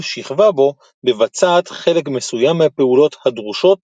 שכבה בו מבצעת חלק מסוים מהפעולות הדרושות